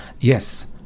Yes